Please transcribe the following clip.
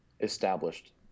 established